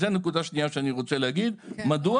אז זו נקודה שנייה שאני רוצה להגיד: מדוע